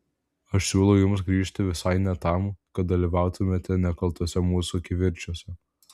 aš siūlau jums grįžti visai ne tam kad dalyvautumėte nekaltuose mūsų kivirčuose